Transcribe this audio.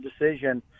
decision